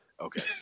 Okay